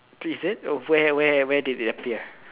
is it where where where did it appear